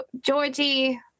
Georgie